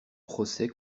procès